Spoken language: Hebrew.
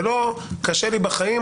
זה לא קשה לי בחיים,